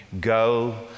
go